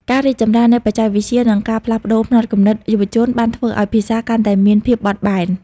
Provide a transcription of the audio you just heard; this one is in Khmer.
ការរីកចម្រើននៃបច្ចេកវិទ្យានិងការផ្លាស់ប្តូរផ្នត់គំនិតយុវជនបានធ្វើឱ្យភាសាកាន់តែមានភាពបត់បែន។